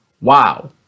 wow